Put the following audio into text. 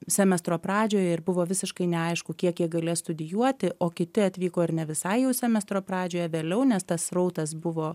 semestro pradžioje ir buvo visiškai neaišku kiek jie galės studijuoti o kiti atvyko ir ne visai jau semestro pradžioje vėliau nes tas srautas buvo